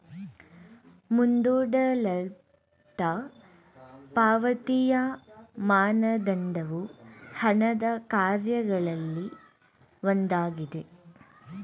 ಮುಂದೂಡಲ್ಪಟ್ಟ ಪಾವತಿಯ ಮಾನದಂಡವು ಹಣದ ಕಾರ್ಯಗಳಲ್ಲಿ ಒಂದಾಗಿದೆ